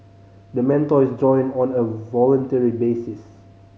the mentor is join on a voluntary basis